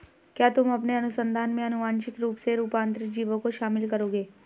क्या तुम अपने अनुसंधान में आनुवांशिक रूप से रूपांतरित जीवों को शामिल करोगे?